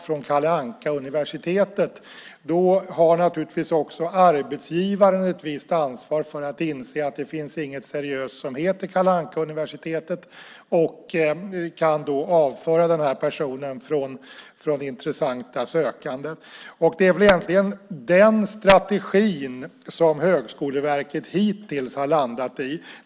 från Kalle Anka-universitetet har naturligtvis också arbetsgivaren ett visst ansvar att inse att det inte finns något seriöst universitet som heter så. Då kan man avföra personen från listan över intressanta sökande. Det är egentligen den strategin som Högskoleverket hittills har förordat.